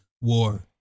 War